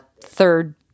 third